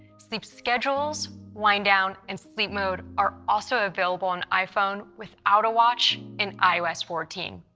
sleep schedules, wind down, and sleep mode are also available on iphone, without a watch, in ios fourteen.